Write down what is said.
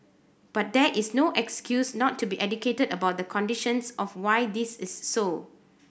but that is no excuse not to be educated about the conditions of why this is so